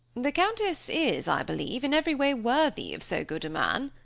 the countess is, i believe, in every way worthy of so good a man,